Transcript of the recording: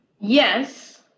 Yes